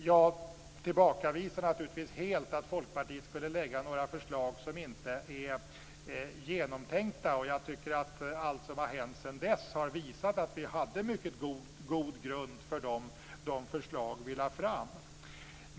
Jag tillbakavisar naturligtvis helt att Folkpartiet skulle lägga fram förslag som inte är genomtänkta. Jag tycker att allt som har hänt sedan dess har visat att vi hade mycket god grund för de förslag vi lade fram.